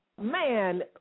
man